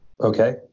Okay